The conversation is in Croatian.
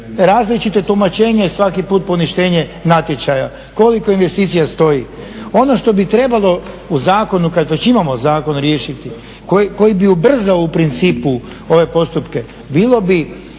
različita tumačenja i svaki put poništenje natječaja. Koliko investicija stoji. Ono što bi trebalo u zakonu kada već imamo zakon riješiti, koji bi ubrzao u principu ove postupke, bilo bi